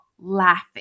laughing